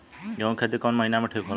गेहूं के खेती कौन महीना में ठीक होला?